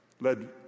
led